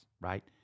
right